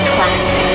Classic